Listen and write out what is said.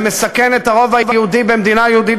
זה מסכן את הרוב היהודי במדינה יהודית